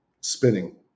spinning